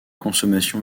consommation